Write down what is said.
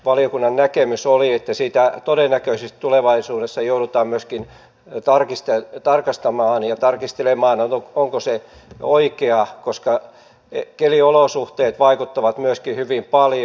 valiokunnan näkemys oli että sitä todennäköisesti tulevaisuudessa joudutaan myöskin tarkastamaan ja tarkistelemaan onko se oikea koska keliolosuhteet vaikuttavat myöskin hyvin paljon